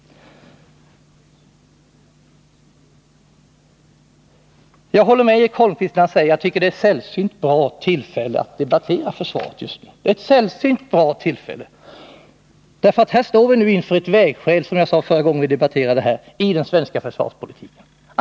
Jag håller med Eric Holmqvist om att det just nu är ett sällsynt bra tillfälle att debattera försvaret. Vi står nämligen — vilket jag framhöll även förra gången vi debatterade denna fråga — inför ett vägskäl i den svenska försvarspolitiken.